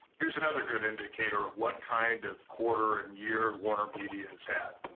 here's another good indicator of what kind of quarter and year warnermedia has had.